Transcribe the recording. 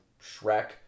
Shrek